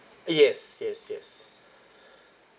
yes yes yes